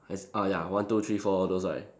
as ah ya one two three four all those right